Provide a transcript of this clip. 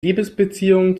liebesbeziehung